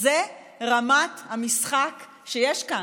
זו רמת המשחק שיש כאן.